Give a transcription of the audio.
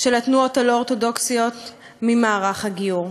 התנועות הלא-אורתודוקסיות ממערך הגיור.